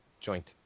joint